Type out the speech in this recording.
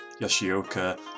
Yoshioka